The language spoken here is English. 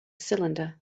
cylinder